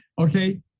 Okay